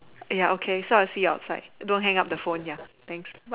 ya okay so I'll see you outside don't hang up the phone ya thanks